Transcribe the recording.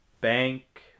bank